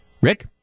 Rick